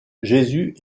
jésus